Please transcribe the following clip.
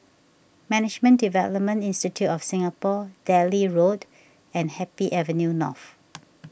Management Development Institute of Singapore Delhi Road and Happy Avenue North